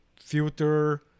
filter